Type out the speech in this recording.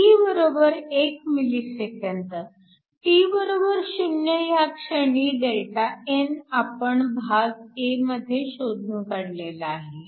t 0 ह्या क्षणी Δn आपण भाग a मध्ये शोधून काढलेला आहे